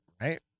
right